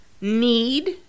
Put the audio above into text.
Need